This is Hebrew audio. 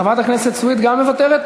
חברת הכנסת סויד גם מוותרת?